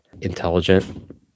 intelligent